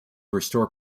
restore